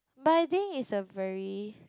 but I think is a very